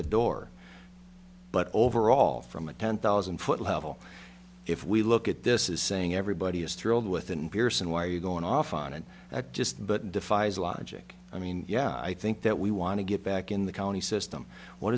the door but overall from a ten thousand foot level if we look at this is saying everybody is thrilled with an pearson why are you going off on it just but defies logic i mean yeah i think that we want to get back in the county system what